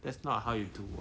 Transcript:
that's not how you do work